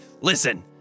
Listen